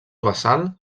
basal